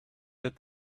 that